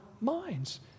minds